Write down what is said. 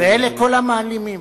ואלה כל המעלימים.